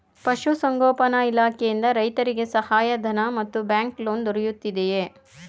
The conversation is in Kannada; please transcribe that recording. ಪಶು ಸಂಗೋಪನಾ ಇಲಾಖೆಯಿಂದ ರೈತರಿಗೆ ಸಹಾಯ ಧನ ಮತ್ತು ಬ್ಯಾಂಕ್ ಲೋನ್ ದೊರೆಯುತ್ತಿದೆಯೇ?